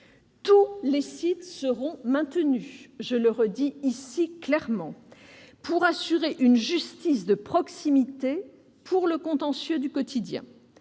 Tous les sites seront maintenus, je le redis clairement, afin d'assurer une justice de proximité pour les contentieux du quotidien.